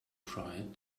tried